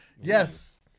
yes